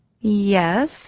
Yes